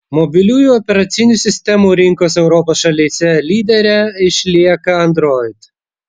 mobiliųjų operacinių sistemų rinkos europos šalyse lydere išlieka android